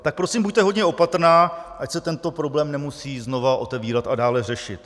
Tak prosím buďte hodně opatrná, ať se tento problém nemusí znovu otevírat a dále řešit.